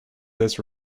this